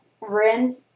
Rin